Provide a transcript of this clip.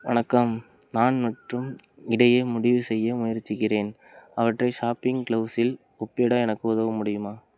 வணக்கம் நான் மற்றும் இடையே முடிவு செய்ய முயற்சிக்கிறேன் அவற்றை ஷாப்பிங் க்ளுஸில் ஒப்பிட எனக்கு உதவ முடியுமா